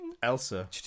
Elsa